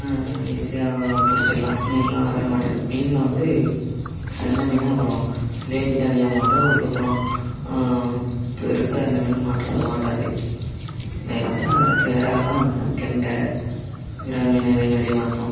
ஈஸியா பிடிச்சிட்லாம் மீன்லாம் நிறையா மாட்டிடும் மீனை வந்து சென்ன மீன் அப்பறம் சிலேப்பித்தான் அதிகமாக மாட்டும் அப்பறம் பெருசாக எந்த மீனும் மாட்டுறது மாட்டாது பெருசாக வச்சு வேறதான் கெண்டை விரால்மீன் இதேமாதிரி மாற்றும்